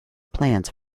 plans